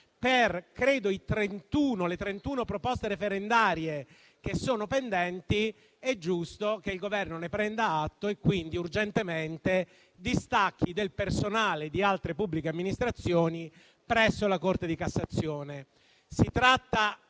credo - proposte referendarie che sono pendenti, è giusto che il Governo ne prenda atto e urgentemente distacchi del personale di altre pubbliche amministrazioni presso la Corte di cassazione.